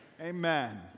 Amen